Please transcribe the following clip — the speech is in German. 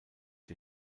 der